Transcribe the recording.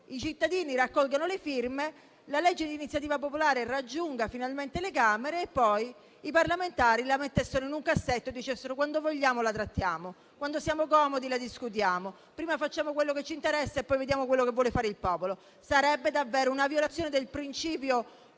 i cittadini raccolgono le firme, che la legge di iniziativa popolare raggiunge finalmente le Camere e poi i parlamentari la mettono in un cassetto dicendo: quando vogliamo, la trattiamo; quando siamo comodi, la discutiamo. Prima facciamo quello che ci interessa e poi discutiamo di quello che vuole fare il popolo. Questa sarebbe davvero una violazione del principio